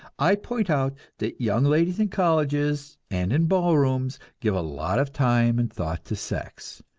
i point out that young ladies in colleges and in ballrooms give a lot of time and thought to sex,